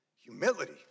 humility